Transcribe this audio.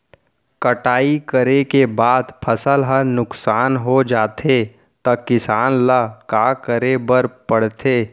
कटाई करे के बाद फसल ह नुकसान हो जाथे त किसान ल का करे बर पढ़थे?